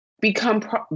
become